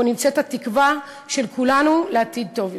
בו נמצאת התקווה של כולנו לעתיד טוב יותר.